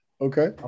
Okay